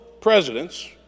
presidents